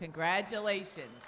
congratulations